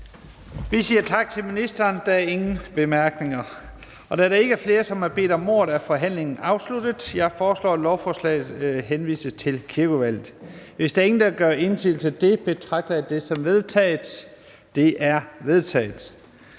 Vi siger tak til ministeren. Der er ingen korte bemærkninger. Da der ikke er flere, som har bedt om ordet, er forhandlingen afsluttet. Jeg foreslår, at lovforslaget henvises til Kirkeudvalget. Hvis ingen gør indsigelse, betragter jeg det som vedtaget. Det er vedtaget.